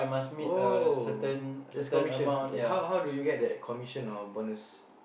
oh that's commission wait how how do you get that commission or bonus